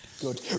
Good